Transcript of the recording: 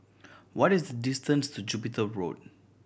what is the distance to Jupiter Road